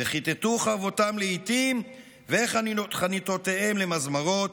"וכתתו חרבותם לאתים וחניתותיהם למזמרות,